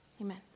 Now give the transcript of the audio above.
Amen